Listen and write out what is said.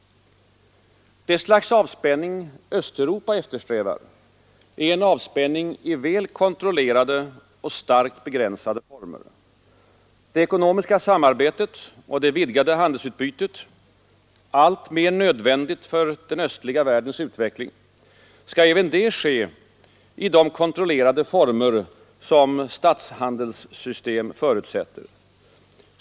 Det slags avspänning Östeuropa eftersträvar är en avspänning i väl kontrollerade och starkt begränsade former. Det ekonomiska samarbetet och det vidgade handelsutbytet — alltmer nödvändigt för den östliga världens utveckling — skall även det ske i de kontrollerade former som statshandelssystemen förutsätter.